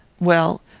well,